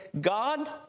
God